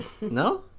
No